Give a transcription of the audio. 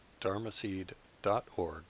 dharmaseed.org